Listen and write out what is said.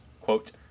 quote